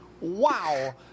Wow